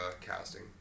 casting